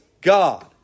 God